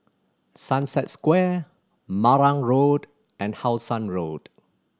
Sunset Square Marang Road and How Sun Road